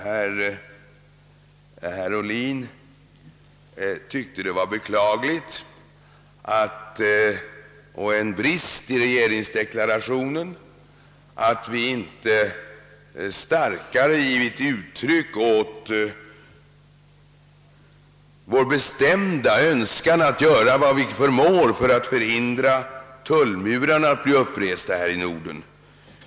Herr Ohlin tyckte att det var beklagligt och en brist i regeringens deklaration, att vi inte starkare givit uttryck åt vår bestämda önskan att göra vad vi förmår för att förhindra att tullmurar uppreses här i Norden.